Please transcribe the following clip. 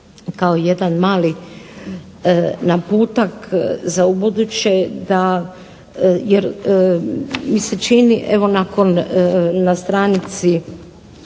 kao jedan mali naputak za ubuduće jer mi se čini evo nakon, na stranici